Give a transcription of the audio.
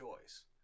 choice